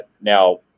Now